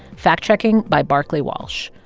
fact-checking by barclay walsh.